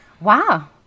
wow